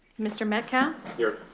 mr metcalf. here.